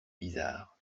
bizarre